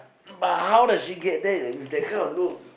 but how does she get there with that kind of looks